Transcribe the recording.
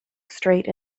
straight